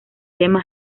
lema